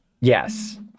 yes